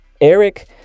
Eric